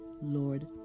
Lord